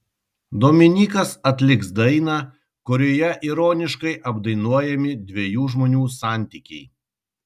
dominykas atliks dainą kurioje ironiškai apdainuojami dviejų žmonių santykiai